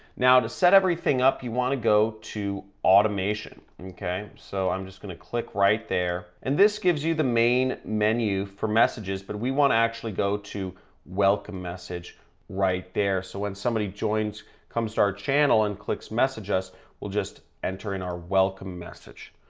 now to set everything up you want to go to automation, okay? so i'm just gonna click right there and this gives you the main menu for messages but we want to actually go to welcome message right there so when somebody joins comes to our channel and clicks message us we'll just enter in our welcome message.